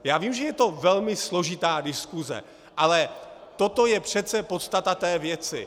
Já vím, že je to velmi složitá diskuse, ale toto je přece podstata té věci.